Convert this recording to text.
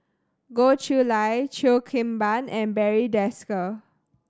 Goh Chiew Lye Cheo Kim Ban and Barry Desker